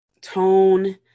tone